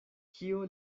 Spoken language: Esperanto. kio